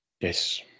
Yes